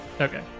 Okay